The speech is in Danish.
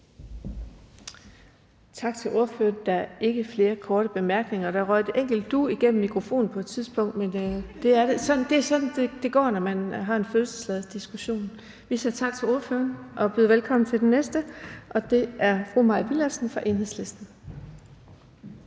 Tak til ordføreren. Der er ikke flere korte bemærkninger. Der røg et enkelt »du« igennem mikrofonen på et tidspunkt, men det er sådan, det går, når man har en følelsesladet diskussion. Vi siger tak til ordføreren og byder velkommen til den næste, og det er fru Mai Villadsen fra Enhedslisten.